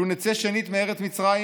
"לו נצא שנית מארץ מצרים,